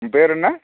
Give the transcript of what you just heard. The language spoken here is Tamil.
உன் பேர் என்ன